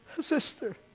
sister